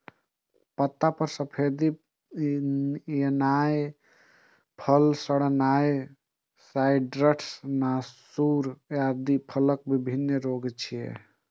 पत्ता पर सफेदी एनाय, फल सड़नाय, साइट्र्स नासूर आदि फलक विभिन्न रोग छियै